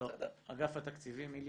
אגף התקציבים, איליה.